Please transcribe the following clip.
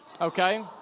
Okay